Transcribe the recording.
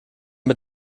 mit